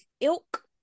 ilk